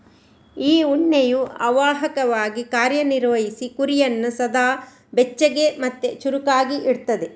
ಈ ಉಣ್ಣೆಯು ಅವಾಹಕವಾಗಿ ಕಾರ್ಯ ನಿರ್ವಹಿಸಿ ಕುರಿಯನ್ನ ಸದಾ ಬೆಚ್ಚಗೆ ಮತ್ತೆ ಚುರುಕಾಗಿ ಇಡ್ತದೆ